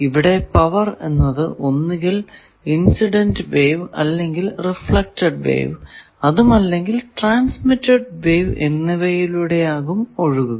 ഇവിടെ പവർ എന്നത് ഒന്നുകിൽ ഇൻസിഡന്റ് വേവ് അല്ലെങ്കിൽ റിഫ്ലെക്ടഡ് വേവ് അതും അല്ലെങ്കിൽ ട്രാൻസ്മിറ്റഡ് വേവ് എന്നിവയിലൂടെ ആകും ഒഴുകുക